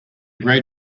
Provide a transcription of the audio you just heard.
gray